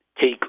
take